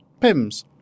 pims